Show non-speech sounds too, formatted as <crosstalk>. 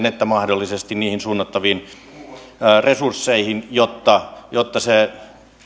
<unintelligible> että mahdollisesti niihin suunnattaviin resursseihin jotta jotta